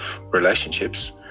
relationships